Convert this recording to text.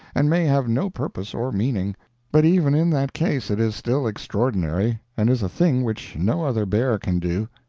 and may have no purpose or meaning but even in that case it is still extraordinary, and is a thing which no other bear can do.